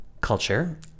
culture